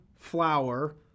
flour